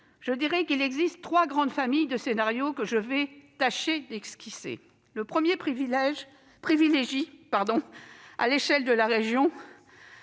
je dirais qu'il existe trois grandes familles de scénarios, que je vais tâcher s'esquisser. Le premier privilégie l'échelle de la région,